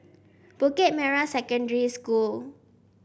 Bukit Merah Secondary School